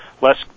less